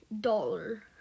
dollar